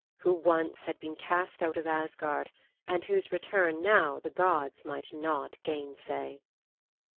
who once had been cast out of asgard and whose return now the gods might not gainsay.